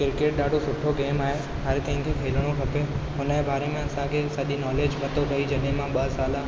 cricket ॾाढो सुठो game आहे हर कंहिं खे खेलिणो खपे हुनजे बारे में असांखे सॼी नोलेज पतो पेई जॾहिं मां ॿ साल